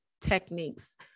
techniques